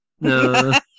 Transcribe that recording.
No